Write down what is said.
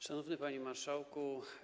Szanowny Panie Marszałku!